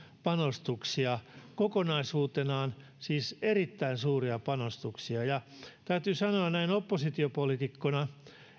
panostuksia kokonaisuutenaan siis erittäin suuria panostuksia täytyy sanoa näin oppositiopoliitikkona